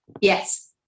Yes